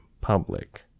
public